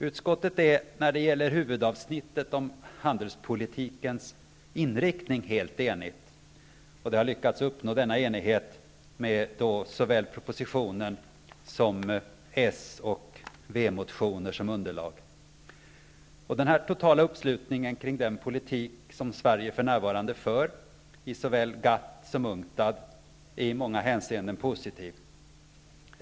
Utskottet är när det gäller huvudavsnittet om handelspolitikens inriktning helt enigt. Vi har lyckats uppnå denna enighet med såväl propositionen som s och v-motioner som underlag. Denna totala uppslutning kring den politik som Sverige för närvarande för i såväl GATT som UNCTAD är i många hänseenden positiv.